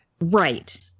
right